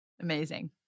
Amazing